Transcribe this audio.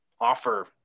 offer